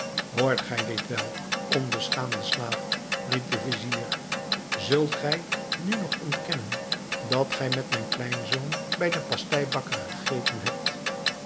hoort gij dit wel onbeschaamde slaaf riep de vizier zult gij nu nog ontkennen dat gij met mijn kleinzoon bij den pasteibakker gegeten hebt